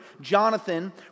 Jonathan